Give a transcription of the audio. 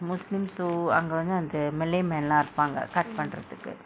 muslim so அங்க வந்து அந்த:angka vandthu andtha malay man lah இருப்பாங்க:irupaangka cut பன்ரதுக்கு:panrathukku